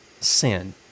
sin